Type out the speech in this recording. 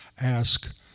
ask